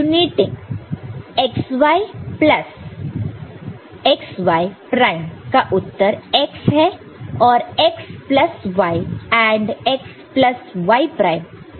uniting xy plus xy prime का उत्तर x है और x plus y AND x plus y prime का उत्तर x है